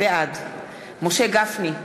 בעד משה גפני,